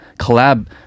collab